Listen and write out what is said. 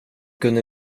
kunde